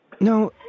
No